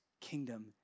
kingdom